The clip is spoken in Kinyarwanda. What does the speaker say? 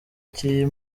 cy’iyi